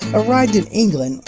arrived in england,